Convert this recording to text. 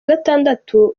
gatandatu